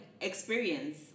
experience